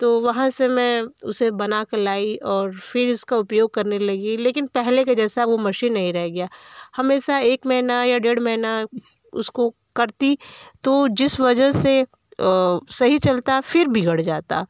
तो वहाँ से मैं उसे बनाकर लाई और फिर उसका उपयोग करने लगी लेकिन पहले के जैसी वह मशीन नहीं रह गई हमेशा एक महीने या डेढ़ महीने उसको करती तो जिस वजह से सही चलता फिर बिगड़ जाता